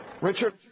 Richard